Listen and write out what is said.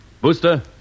Booster